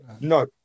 No